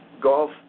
golf